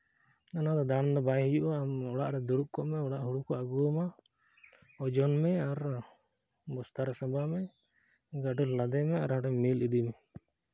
ᱚᱱᱟᱫᱚ ᱫᱟᱬᱟ ᱫᱚ ᱵᱟᱭ ᱦᱩᱭᱩᱜᱼᱟ ᱟᱢᱫᱚ ᱚᱲᱟᱜ ᱨᱮ ᱫᱩᱲᱩᱵ ᱠᱚᱜ ᱢᱮ ᱚᱲᱟᱜ ᱨᱮᱜᱮ ᱠᱚ ᱟᱹᱜᱩ ᱟᱢᱟ ᱳᱡᱚᱱ ᱢᱮ ᱟᱨ ᱵᱚᱥᱛᱟ ᱨᱮ ᱥᱟᱢᱵᱟᱣ ᱢᱮ ᱜᱟᱹᱰᱤᱨᱮ ᱞᱟᱫᱮᱭ ᱢᱮ ᱟᱨ ᱢᱤᱞ ᱤᱫᱤ ᱢᱮ